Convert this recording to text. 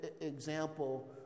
example